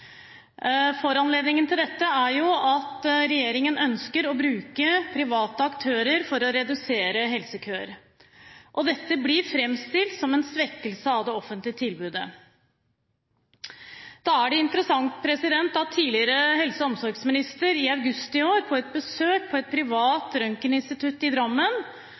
Foranledningen til dette er at regjeringen ønsker å bruke private aktører for å redusere helsekøer. Dette blir framstilt som en svekkelse av det offentlige tilbudet. Da er det interessant at tidligere helse- og omsorgsminister i august i år på et besøk på et privat røntgeninstitutt i Drammen